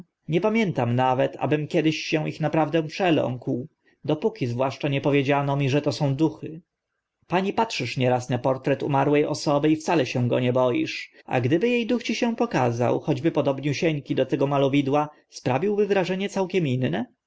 nie pamiętam nawet abym kiedy się ich naprawdę przeląkł dopóki zwłaszcza nie powiedziano mi że to są duchy pani patrzysz nieraz na portret umarłe osoby i wcale go się nie boisz a gdyby e duch ci się pokazał choćby podobniusieńki do tego malowidła sprawiłby wrażenie całkiem inne